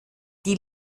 die